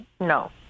No